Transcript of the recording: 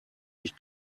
ich